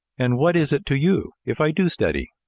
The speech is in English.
and what is it to you, if i do study?